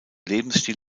lebensstil